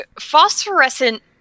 phosphorescent